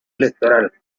electoral